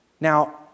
Now